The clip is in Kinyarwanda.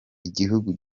igihugu